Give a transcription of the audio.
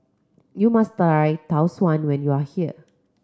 you must try Tau Suan when you are here